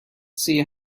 see